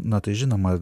na tai žinoma